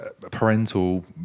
parental